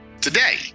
Today